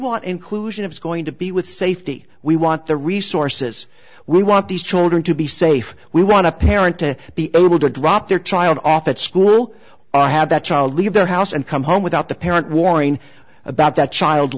want inclusion is going to be with safety we want the resources we want these children to be safe we want a parent to be able to drop their child off at school or had that child leave the house and come home without the parent warning about that child